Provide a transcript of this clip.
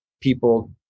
people